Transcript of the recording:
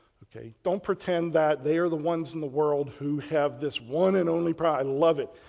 ok. don't pretend that they're the ones in the world who have this one and only pride, i love it.